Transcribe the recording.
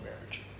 marriage